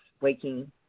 waking